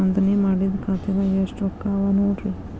ನೋಂದಣಿ ಮಾಡಿದ್ದ ಖಾತೆದಾಗ್ ಎಷ್ಟು ರೊಕ್ಕಾ ಅವ ನೋಡ್ರಿ